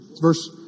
Verse